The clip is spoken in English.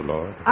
Lord